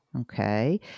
Okay